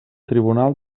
tribunal